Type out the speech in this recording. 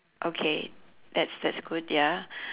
okay that's that's good ya